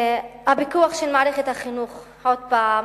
הפיקוח של מערכת החינוך, עוד פעם,